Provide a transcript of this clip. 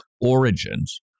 origins